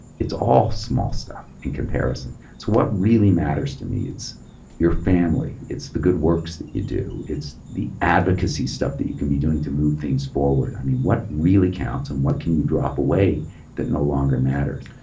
it's all small stuff in comparison. so what really matters to me it's your family. it's the good works that you do. it's the advocacy stuff that you can be doing to move things forward. i mean what really counts and what can you drop away that no longer matters?